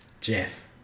Jeff